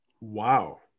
Wow